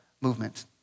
movement